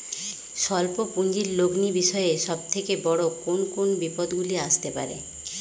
স্বল্প পুঁজির লগ্নি বিষয়ে সব থেকে বড় কোন কোন বিপদগুলি আসতে পারে?